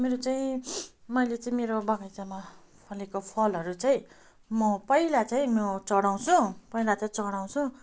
मेरो चाहिँ मैले चाहिँ मेरो बगैँचामा फलेको फलहरू चाहिँ म पहिला चाहिँ म चढाउँछु पहिला चाहिँ चढाउँछु